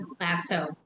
Lasso